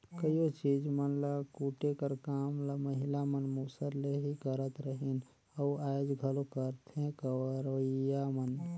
कइयो चीज मन ल कूटे कर काम ल महिला मन मूसर ले ही करत रहिन अउ आएज घलो करथे करोइया मन